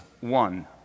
one